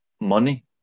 money